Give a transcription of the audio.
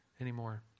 anymore